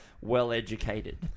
Well-Educated